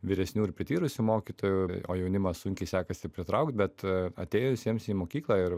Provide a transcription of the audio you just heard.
vyresnių ir prityrusių mokytojų o jaunimą sunkiai sekasi pritraukt bet atėjusiems į mokyklą ir